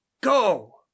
go